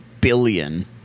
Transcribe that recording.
billion